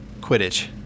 Quidditch